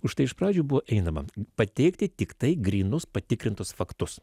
už tai iš pradžių buvo einama pateikti tiktai grynus patikrintus faktus